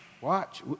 watch